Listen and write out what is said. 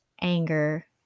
anger